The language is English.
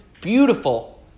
beautiful